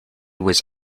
was